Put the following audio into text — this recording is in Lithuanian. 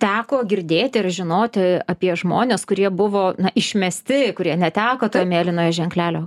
teko girdėti ir žinoti apie žmones kurie buvo išmesti kurie neteko mėlynojo ženklelio